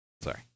sorry